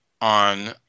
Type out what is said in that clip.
on